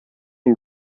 him